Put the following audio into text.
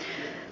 puhemies